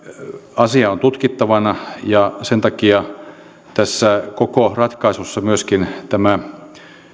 asia on tutkittavana ja sen takia tässä koko ratkaisussa myöskin tämä